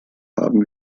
haben